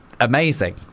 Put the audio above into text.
Amazing